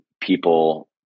people